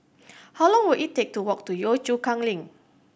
how long will it take to walk to Yio Chu Kang Link